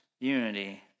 unity